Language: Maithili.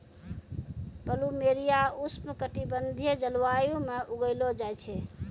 पलूमेरिया उष्ण कटिबंधीय जलवायु म उगैलो जाय छै